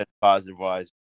positive-wise